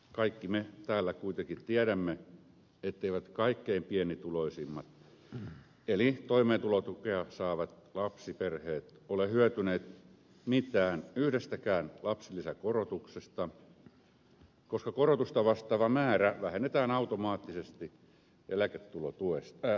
kaikki me täällä kuitenkin tiedämme etteivät kaikkein pienituloisimmat eli toimeentulotukea saavat lapsiperheet ole hyötyneet mitään yhdestäkään lapsilisäkorotuksesta koska korotusta vastaava määrä vähennetään automaattisesti toimeentulotuesta